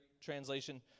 translation